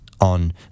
on